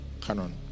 Canon